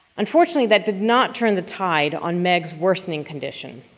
unfortunately, that did not turn the tide on meg's worsening condition.